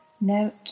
note